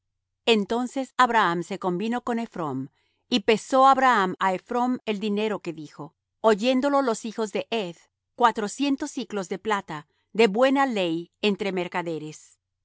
entonces abraham se convino con ephrón y pesó abraham á ephrón el dinero que dijo oyéndolo los hijos de heth cuatrocientos siclos de plata de buena ley entre mercaderes